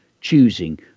choosing